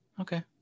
Okay